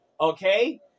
Okay